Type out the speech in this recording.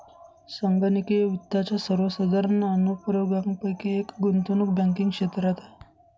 संगणकीय वित्ताच्या सर्वसाधारण अनुप्रयोगांपैकी एक गुंतवणूक बँकिंग क्षेत्रात आहे